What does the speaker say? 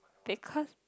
because